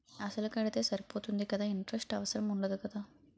అసలు కడితే సరిపోతుంది కదా ఇంటరెస్ట్ అవసరం ఉండదు కదా?